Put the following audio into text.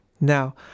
Now